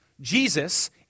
Jesus